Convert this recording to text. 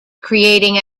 creating